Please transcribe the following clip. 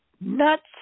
nuts